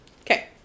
Okay